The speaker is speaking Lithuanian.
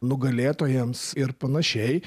nugalėtojams ir panašiai